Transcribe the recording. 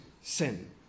sin